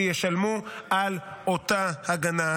שישלמו על אותה הגנה.